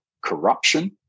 corruption